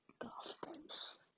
gospels